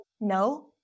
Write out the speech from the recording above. no